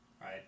right